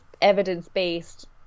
evidence-based